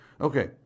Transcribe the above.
Okay